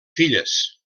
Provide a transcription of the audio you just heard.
filles